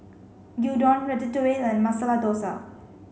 Gyudon Ratatouille and Masala Dosa